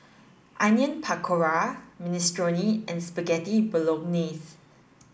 Onion Pakora Minestrone and Spaghetti Bolognese